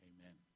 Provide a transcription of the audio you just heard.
Amen